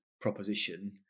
proposition